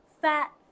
fat